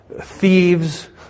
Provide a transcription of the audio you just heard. thieves